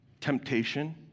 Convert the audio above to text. Temptation